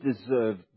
deserve